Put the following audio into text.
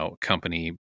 company